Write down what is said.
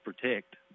protect